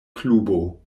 klubo